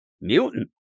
mutant